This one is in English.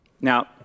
Now